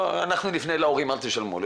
אנחנו נפנה להורים אל תשלמו.